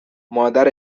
مادر